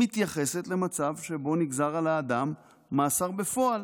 מתייחסת למצב שבו נגזר על האדם מאסר בפועל,